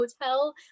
hotel